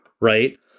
right